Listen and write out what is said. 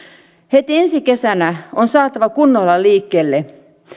heti ensi kesänä on saatava kunnolla liikkeelle